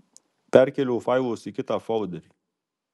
perkėliau failus į kitą folderį